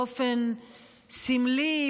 באופן סמלי,